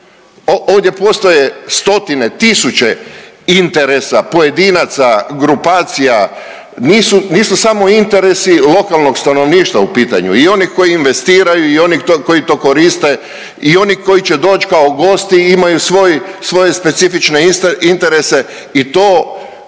Ovdje postoje stotine, tisuće interesa pojedinaca, grupacija, nisu samo interesi lokalnog stanovništva u pitanju i onih koji investiraju i onih koji to koriste i oni koji će doć kao gosti i imaju svoje specifične interese i to